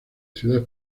ciudad